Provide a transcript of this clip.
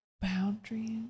boundaries